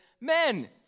Men